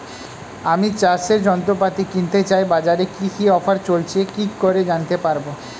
আমি চাষের যন্ত্রপাতি কিনতে চাই বাজারে কি কি অফার চলছে কি করে জানতে পারবো?